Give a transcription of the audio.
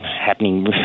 happening